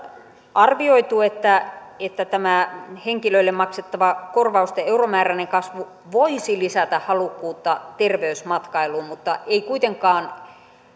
arvioitu että että tämä henkilöille maksettava korvausten euromääräinen kasvu voisi lisätä halukkuutta terveysmatkailuun mutta ei kuitenkaan